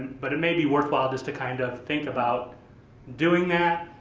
but it may be worth while just to kind of think about doing that.